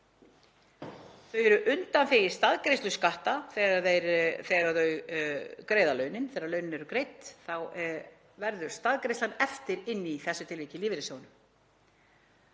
Þau eru undanþegin staðgreiðslu skatta þegar þau greiða launin. Þegar launin eru greidd þá verður staðgreiðslan eftir inni, í þessu tilviki í lífeyrissjóðnum.